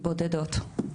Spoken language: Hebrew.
בודדות.